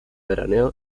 veraneo